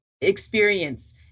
experience